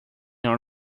our